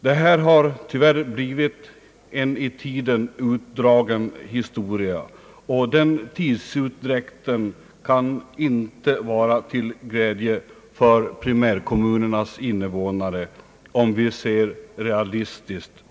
Detta har tyvärr blivit en i tiden utdragen fråga, och den tidsutdräkten kan inte vara till glädje för primärkommunernas invånare om vi ser det realistiskt.